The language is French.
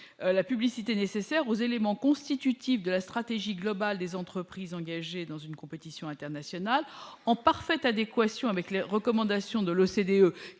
la publicité nécessaire aux éléments constitutifs de la stratégie globale des entreprises engagées dans une compétition internationale en parfaite adéquation avec les recommandations de l'OCDE,